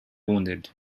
wounded